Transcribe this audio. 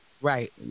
Right